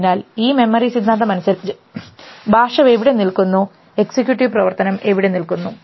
അതിനാൽ ഈ മെമ്മറി സിദ്ധാന്തം അനുസരിച്ച് ഭാഷ എവിടെ നിൽക്കുന്നു എക്സിക്യൂട്ടീവ് പ്രവർത്തനം എവിടെ നിൽക്കുന്നു